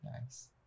nice